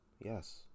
Yes